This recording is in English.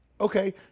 Okay